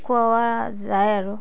খুওৱা যায় আৰু